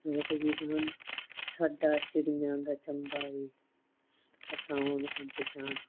ਲੋਕ ਗੀਤ ਹਨ ਸਾਡਾ ਚਿੜੀਆਂ ਦਾ ਚੰਬਾ ਵੇ ਅਸਾਂ ਹੁਣ ਉੱਡ ਜਾਣਾ